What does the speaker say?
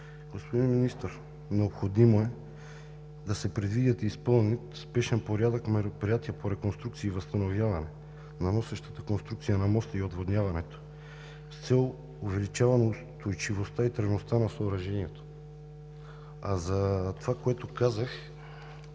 Господин Министър, необходимо е да се предвидят и изпълнят в спешен порядък мероприятия по реконструкции и възстановяване на носещата конструкция на моста и отводняването с цел увеличаване устойчивостта и трайността на съоръжението. Може и сам